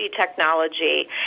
technology